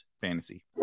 Fantasy